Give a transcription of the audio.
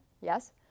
yes